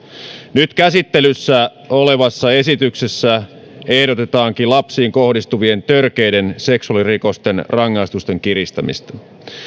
nyt käsittelyssä olevassa esityksessä ehdotetaankin lapsiin kohdistuvien törkeiden seksuaalirikosten rangaistusten kiristämistä